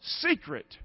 secret